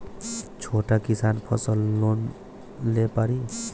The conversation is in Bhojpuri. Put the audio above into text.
छोटा किसान फसल लोन ले पारी?